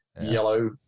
yellow